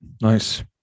nice